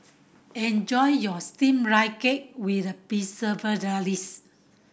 enjoy your Steamed Rice Cake with Preserved Radish